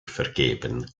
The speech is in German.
vergeben